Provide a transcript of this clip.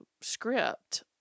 script